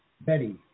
Betty